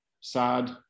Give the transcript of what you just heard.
sad